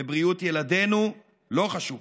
ובריאות ילדינו לא חשובה.